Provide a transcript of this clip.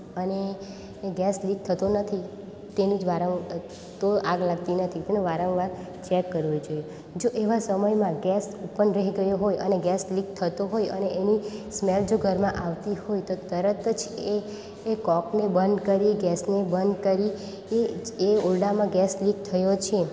અને gas leak થતો નથી તેની જ દ્વારા તો આગ લગતી નથી પણ વારંવાર ચેક કરવું જોઇએ જો એવા સમયમાં ગેસ ઓપન રહી ગયો હોય અને ગેસ લીક થતો હોય અને એની સ્મેલ ઘરમાં આવતી હોય તો તરત જ એ એ કોકને બંધ કરી ગેસને બંધ કરી એ જ એ ઓરડામાં ગેસ લીક થયો છે